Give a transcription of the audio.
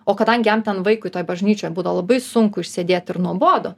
o kadangi jam ten vaikui toj bažnyčioj būdavo labai sunku išsėdėt ir nuobodu